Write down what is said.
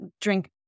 drink